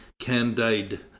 Candide